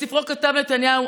בספרו כתב נתניהו,